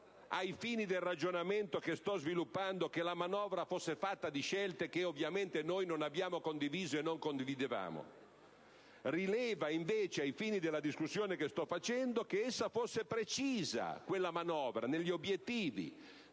importa, ai fini del ragionamento che sto sviluppando, che la manovra fosse fatta di scelte che ovviamente noi non abbiamo condiviso e non condividevamo; rileva invece, ai fini della discussione che sto facendo, che quella manovra fosse precisa negli obiettivi,